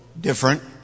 different